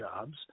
jobs